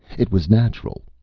it was natural.